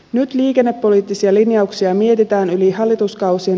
nyt liikennepoliittisia linjauksia mietitään yli hallituskausien